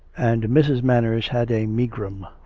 and mrs. manners had a megrim.